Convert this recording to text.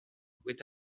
with